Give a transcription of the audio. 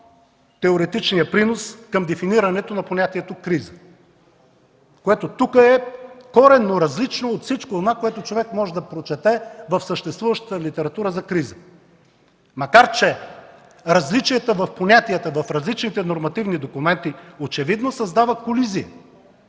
теоретичния принос към дефинирането на понятието „криза”, което тук е коренно различно от всичко онова, което човек може да прочете в съществуващата литература за криза. Макар че различията в понятията в различните нормативни документи очевидно създава колизия